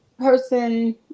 person